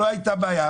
לא הייתה בעיה.